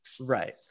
Right